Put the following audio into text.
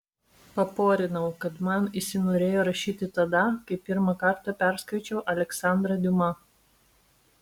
paporinau kad man įsinorėjo rašyti tada kai pirmą kartą perskaičiau aleksandrą diuma